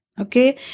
okay